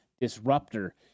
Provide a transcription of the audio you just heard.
disruptor